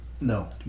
no